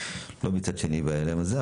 לא מצד שני בערב הזה,